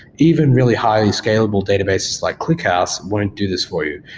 even really high scalable databases like clickhouse won't do this for you.